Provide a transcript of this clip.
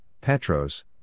Petros